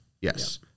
yes